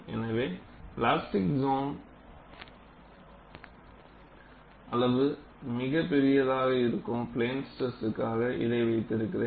எனவே plastic zone அளவு மிகப் பெரியதாக இருக்கும் பிளேன் ஸ்ட்ரெஸ்காக இதை வைத்திருக்கிறேன்